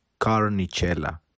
Carnicella